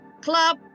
Club